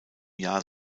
jahr